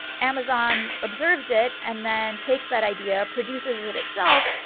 amazon observes it and then takes that idea, produces it itself,